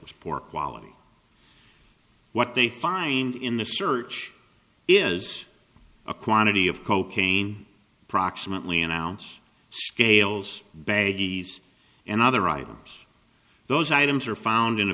was poor quality what they find in the search is a quantity of cocaine approximately an ounce scales baggies and other items those items are found in a